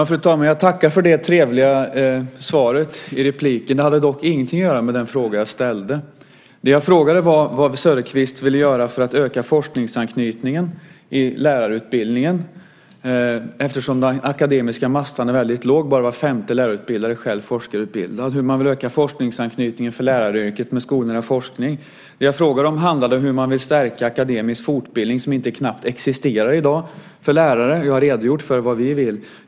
Fru talman! Jag tackar för det trevliga svaret i repliken. Det hade dock ingenting att göra med den fråga som jag ställde. Jag frågade vad Söderqvist ville göra för att öka forskningsanknytningen i lärarutbildningen eftersom den akademiska massan är väldigt låg - bara var femte lärare är själv forskarutbildad. Jag frågade hur man vill öka forskningsanknytningen för läraryrket med skolnära forskning. Jag frågade hur man vill stärka akademisk fortbildning som knappt existerar i dag för lärare. Jag har redogjort för vad vi vill.